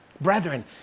Brethren